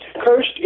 Cursed